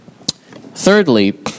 Thirdly